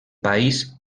país